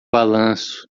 balanço